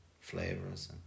flavors